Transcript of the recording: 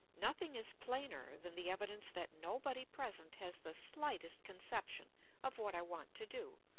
nothing is plainer than the evidence that nobody present has the slightest conception of what i want to do,